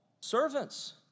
Servants